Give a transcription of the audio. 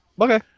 okay